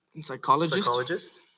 psychologist